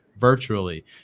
virtually